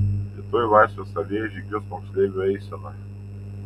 rytoj laisvės alėja žygiuos moksleivių eisena